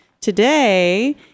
today